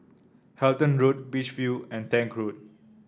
Halton Road Beach View and Tank Road